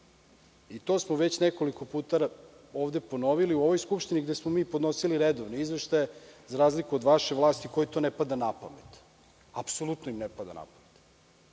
i to smo već nekoliko puta ovde ponovili u ovoj skupštini gde smo mi podnosili redovno izveštaje, za razliku od vaše vlasti kojoj to ne pada na pamet. Ne volim da pričam